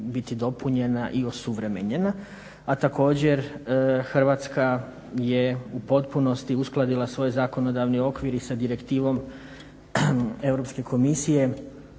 biti dopunjena i osuvremenjena, a također Hrvatska je u potpunosti uskladila svoj zakonodavni okvir i sa Direktivom Europske komisije